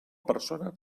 persona